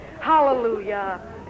hallelujah